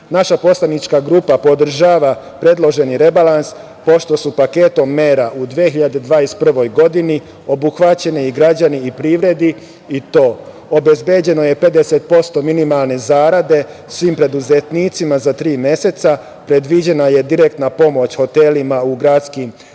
poslanička grupa podržava predloženi rebalans pošto su paketom mera u 2021. godini obuhvaćeni građani i privreda i to: obezbeđeno je 50% minimalne zarade svim preduzetnicima za tri meseca, predviđena je direktna pomoć hotelima u gradskim sredinama,